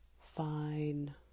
fine